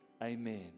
Amen